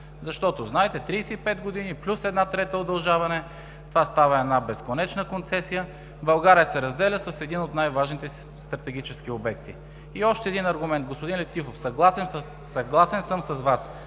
защото знаете, 35 години плюс една трета удължаване, това става една безконечна концесия. България се разделя с един от най-важните си стратегически обекти. Още един аргумент. Господин Летифов, съгласен съм с Вас,